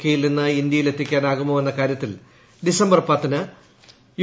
കെയിൽ നിന്ന് ഇന്ത്യയിൽ എത്തിക്കാനാകുമോ എന്ന കാര്യത്തിൽ ഡിസംബർ പത്തിന് യു